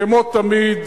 כמו תמיד,